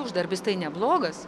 uždarbis tai neblogas